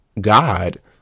God